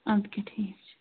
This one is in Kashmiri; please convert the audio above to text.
اَدٕ کیٛاہ ٹھیٖک چھُ